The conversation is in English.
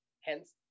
hence